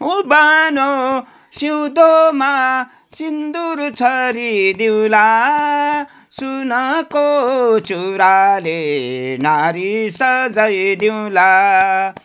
उबानो सिउँदोमा सिन्दुर छरिदिउँला सुनको चुराले नारी सजाइदिउँला